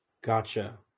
Gotcha